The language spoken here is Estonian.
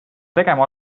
tegema